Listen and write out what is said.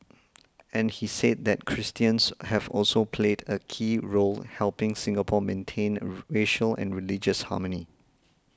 and he said that Christians have also played a key role helping Singapore maintain racial and religious harmony